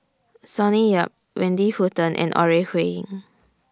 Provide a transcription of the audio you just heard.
Sonny Yap Wendy Hutton and Ore Huiying